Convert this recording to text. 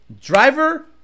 driver